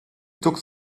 took